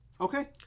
Okay